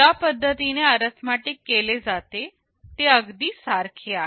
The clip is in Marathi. ज्या पद्धतीने अरिथमेटिक केले जाते ते अगदी सारखे आहे